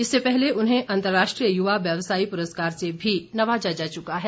इससे पहले उन्हें अंतर्राष्ट्रीय युवा व्यवसायी पुरस्कार से भी नवाजा जा चुका है